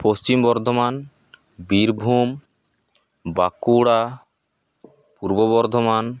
Paschim Bardhaman Birbhum Bankura Purba Bardhaman